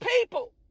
people